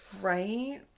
Right